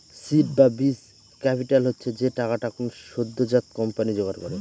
seed বা বীজ capital হচ্ছে যে টাকাটা কোনো সদ্যোজাত কোম্পানি জোগাড় করে